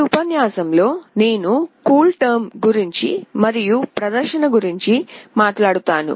ఈ ఉపన్యాసంలో నేను కూల్టెర్మ్ గురించి మరియు ప్రదర్శన గురించి మాట్లాడతాను